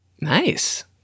Nice